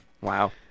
Wow